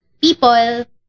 People